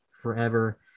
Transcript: forever